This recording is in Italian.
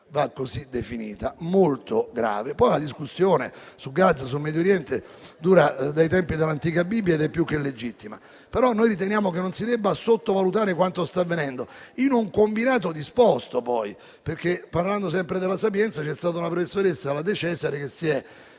- così va definita - molto grave. La discussione su Gaza e sul Medio Oriente dura dai tempi dell'antica Bibbia ed è più che legittima. Noi riteniamo che non si debba sottovalutare quanto sta avvenendo, tra l'altro in un combinato disposto di eventi, perché parlando sempre de «La Sapienza» c'è stata una professoressa, la De Cesare, che si è